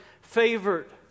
favored